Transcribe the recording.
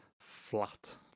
flat